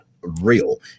real